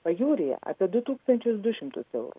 pajūryje apie du tūkstančius du šimtus eurų